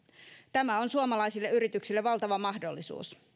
tämä on suomalaisille yrityksille valtava mahdollisuus